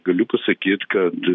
galiu pasakyt kad